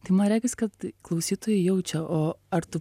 tai man regis kad klausytojai jaučia o ar tu